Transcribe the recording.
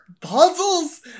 puzzles